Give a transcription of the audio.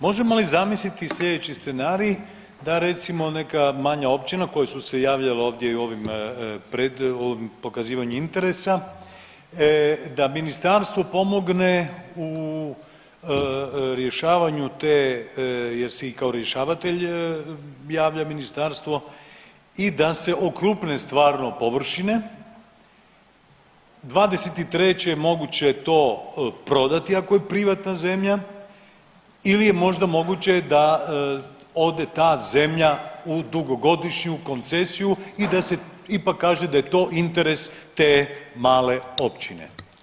Možemo li zamisliti sljedeći scenarij da recimo neka manja općina koje su se javljale ovdje i u ovim pred ovim pokazivanjem interesa da ministarstvo pomogne u rješavanju te jer se i kao rješavatelj javlja ministarstvo i da se okrupne stvarno površine. '23. je to moguće prodati ako je privatna zemlja ili je možda moguće da ode ta zemlja u dugogodišnju koncesiju i da se ipak kaže da je to interes te male općine.